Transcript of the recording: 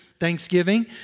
Thanksgiving